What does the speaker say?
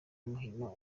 muhima